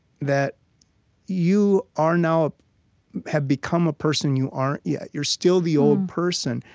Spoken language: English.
that you are now have become a person you aren't yet. you're still the old person,